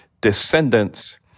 descendants